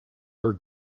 are